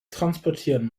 transportieren